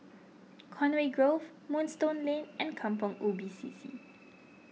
Conway Grove Moonstone Lane and Kampong Ubi C C